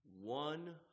One